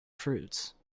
fruits